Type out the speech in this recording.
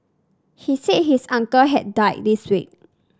he said his uncle had died this week